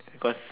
cause